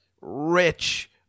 Rich